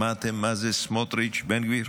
שמעתם מה זה, סמוטריץ', בן גביר?